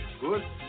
Good